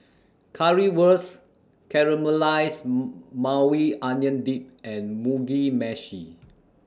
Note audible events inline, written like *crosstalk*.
Currywurst Caramelized *noise* Maui Onion Dip and Mugi Meshi